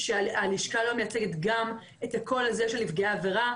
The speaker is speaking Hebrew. שהלשכה לא מייצגת גם את הקול הזה של נפגעי העבירה.